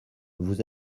vous